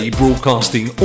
broadcasting